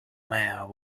mare